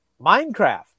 Minecraft